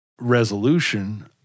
resolution